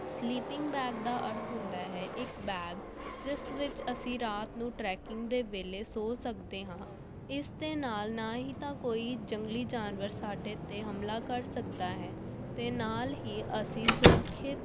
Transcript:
sleeping bag ਦਾ ਅਰਥ ਹੁੰਦਾ ਹੈ ਇੱਕ ਬੈਗ ਜਿਸ ਵਿੱਚ ਅਸੀਂ ਰਾਤ ਨੂੰ ਟਰੈਕਿੰਗ ਦੇ ਵੇਲੇ ਸੋ ਸਕਦੇ ਹਾਂ ਇਸ ਦੇ ਨਾਲ ਨਾ ਹੀ ਤਾਂ ਕੋਈ ਜੰਗਲੀ ਜਾਨਵਰ ਸਾਡੇ 'ਤੇ ਹਮਲਾ ਕਰ ਸਕਦਾ ਹੈ ਅਤੇ ਨਾਲ ਹੀ ਅਸੀਂ ਸੁਰੱਖਿਅਤ